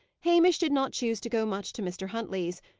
hamish did not choose to go much to mr. huntley's,